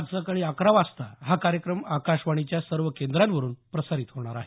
आज सकाळी अकरा वाजता हा कार्यक्रम आकाशवाणीच्या सर्व केंद्रांवरून प्रसारित होणार आहे